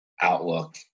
outlook